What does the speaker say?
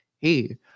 Hey